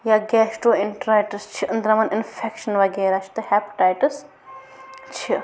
یا gastroenteritis چھِ أنٛدرَمَن اِنفٮ۪کشَن وغیرہ چھِ تہٕ ہٮ۪پٹایٹٕس چھِ